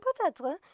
Peut-être